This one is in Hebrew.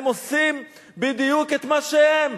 הם עושים בדיוק את מה שהם.